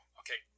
okay